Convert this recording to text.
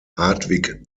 hartwig